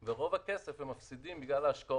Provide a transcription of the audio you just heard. מאוד ואת רוב הכסף הם מפסידים בגלל ההשקעות,